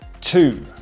two